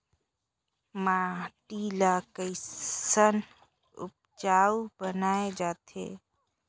माटी ला कैसन उपजाऊ बनाय जाथे?